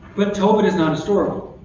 but tobit is not historical.